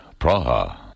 Praha